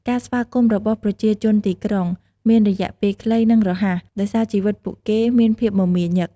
ការស្វាគមន៍របស់ប្រជាជនទីក្រុង មានរយៈពេលខ្លី និងរហ័ស ដោយសារជីវិតពួកគេមានភាពមមាញឹក។